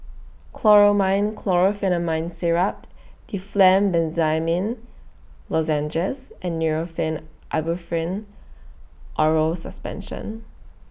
Chlormine Chlorpheniramine Syrup Difflam Benzydamine Lozenges and Nurofen Ibuprofen Oral Suspension